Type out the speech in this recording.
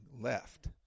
left